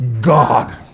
God